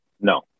No